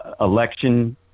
election